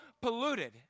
polluted